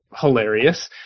hilarious